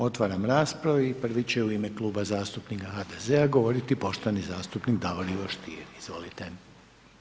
Otvaram raspravu i prvi će u ime kluba zastupnika HDZ-a govoriti poštovani zastupnik Davor Ivo Stier, izvolite.